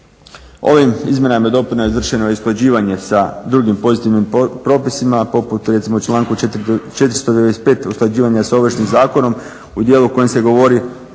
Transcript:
Ovim izmjenama i dopunama izvršeno je usklađivanje s drugim pozitivnim propisima poput recimo u članku 495. usklađivanja s Ovršnim zakonom u dijelu u kojem se govori